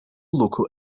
local